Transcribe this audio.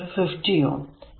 ഇവിടെ ഒരു 50 Ω